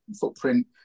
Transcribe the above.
footprint